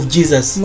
Jesus